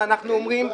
ואנחנו אומרים,